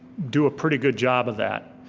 do a pretty good job of that.